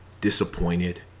disappointed